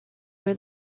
over